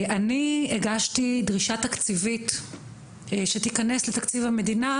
אני הגשתי דרישה תקציבית שתיכנס לתקציב המדינה,